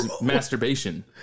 masturbation